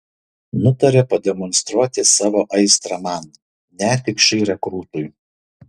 nutarė pademonstruoti savo aistrą man netikšai rekrūtui